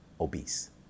obese